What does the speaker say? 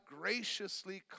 graciously